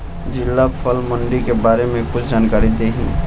जिला फल मंडी के बारे में कुछ जानकारी देहीं?